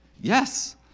yes